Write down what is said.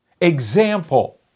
example